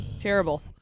Terrible